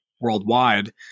worldwide